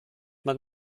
man